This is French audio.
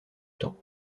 temps